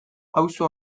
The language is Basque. auzo